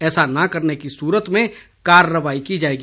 ऐसा न करने की सूरत में कार्रवाई की जाएगी